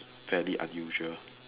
fairly unusual